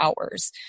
hours